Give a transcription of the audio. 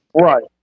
Right